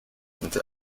and